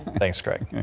thanks greg.